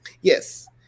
Yes